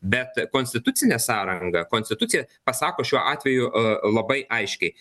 bet konstitucinė sąranga konstitucija pasako šiuo atveju labai aiškiai